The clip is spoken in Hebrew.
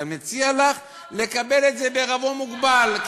אני מציע לך לקבל את זה בעירבון מוגבל.